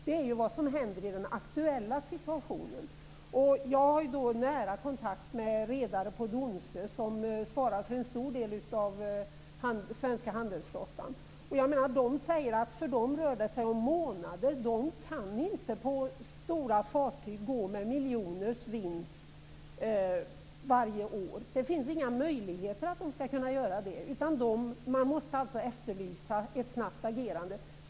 Det är vad som händer i den aktuella situationen. Jag har nära kontakt med redare på Domsö som svarar för en stor del av den svenska handelsflottan. För dem rör det sig om månader. Stora fartyg kan inte få miljonvinster varje år. Det finns inte några möjligheter. Man måste efterlysa ett snabbt agerande.